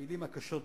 המלים הקשות ביותר.